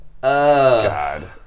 God